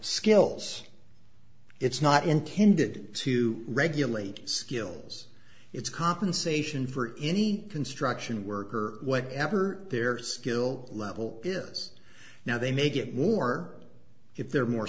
skills it's not intended to regulate skills it's compensation for any construction worker whatever their skill level peers now they may get more if they're more